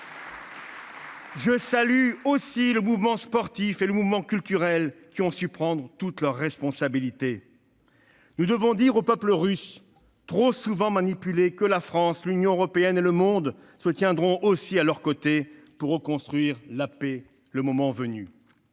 Je salue également les mouvements sportifs et culturels, qui ont su prendre leurs responsabilités. Nous disons au peuple russe, trop souvent manipulé, que la France, l'Union européenne et le monde se tiendront à leurs côtés pour reconstruire la paix le moment venu.